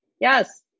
yes